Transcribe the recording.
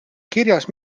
kirjas